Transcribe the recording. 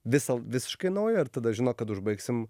visa visiškai naujo ir tada žino kad užbaigsim